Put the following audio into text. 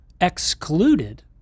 excluded